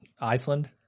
Iceland